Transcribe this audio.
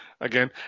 again